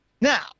now